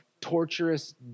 torturous